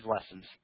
lessons